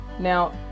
Now